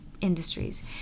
industries